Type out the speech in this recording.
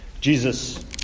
Jesus